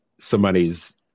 somebody's